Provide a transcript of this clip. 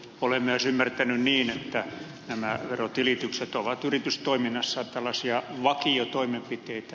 olen myös ymmärtänyt niin että nämä verontilitykset ovat yritystoiminnassa tällaisia vakiotoimenpiteitä